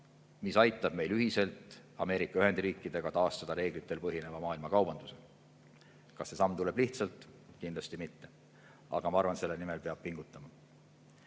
mis aitab meil ühiselt Ameerika Ühendriikidega taastada reeglitel põhineva maailmakaubanduse. Kas see samm tuleb lihtsalt? Kindlasti mitte. Aga ma arvan, et selle nimel peab pingutama.